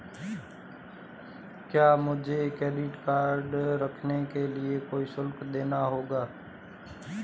क्या मुझे credit card रखने के लिए कोई शुल्क देना होगा?